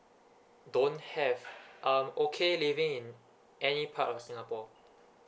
don't have um okay living in any part of singapore